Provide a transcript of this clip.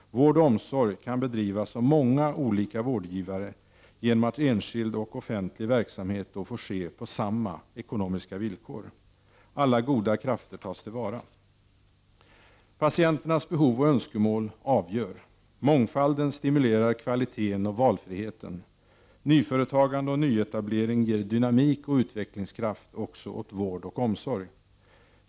Vård och omsorg kan bedrivas av många olika vårdgivare genom att enskild och offentlig verksamhet då får ske på samma ekonomiska villkor. Alla goda krafter tas till vara. Patienternas behov och önskemål avgör. Mångfalden stimulerar kvaliteten och valfriheten. Nyföretagande och nyetablering ger dynamik och utvecklingskraft också åt vård och omsorg.